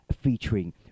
featuring